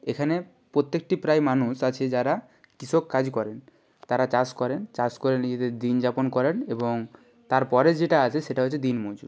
এখানে প্রত্যেকটি প্রায় মানুষ আছে যারা কৃষক কাজ করেন তারা চাষ করেন চাষ করে নিজেদের দিন যাপন করেন এবং তারপরে যেটা আছে সেটা হচ্ছে দিনমজুর